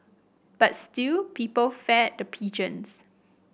but still people fed the pigeons